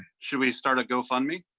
should we start a go fund me.